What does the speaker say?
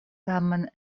tamen